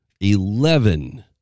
eleven